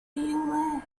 you